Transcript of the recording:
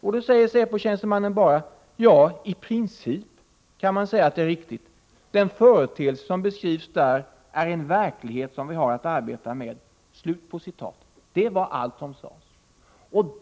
Då sade säpotjänstemannen bara: ”Jai princip kan man säga att det är riktigt. Den företeelse som beskrivs där är en verklighet som vi har att arbeta med.” Det var allt som sades.